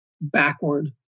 backward